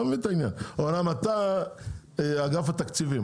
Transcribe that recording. אמנם אתה אגף התקציבים,